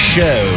Show